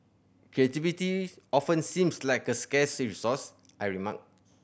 creativity often seems like a scarce resource I remark